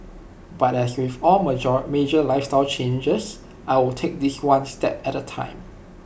but as with all major lifestyle changes I'll take this one step at A time